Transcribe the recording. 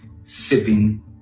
sipping